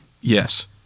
Yes